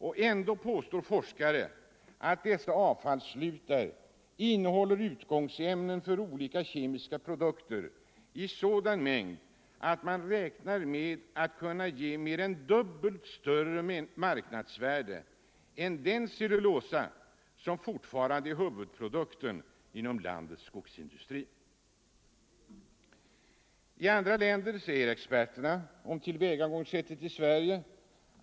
Och ändå påstår forskare att dessa avfallslutar innehåller utgångsämnen för olika kemiska produkter i sådan mängd, att man räknar med att kunna ge dem ett marknadsvärde motsvarande mer än dubbla — Nr 125 marknadsvärdet för den cellulosa som fortfarande är huvudprodukten Onsdagen den inom landets skogsindustri. 20 november 1974 I andra länder säger experterna om det svenska tillvägagångssättet att.